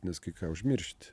nes kai ką užmiršti